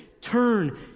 Turn